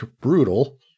brutal